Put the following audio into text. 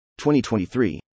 2023